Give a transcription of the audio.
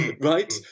right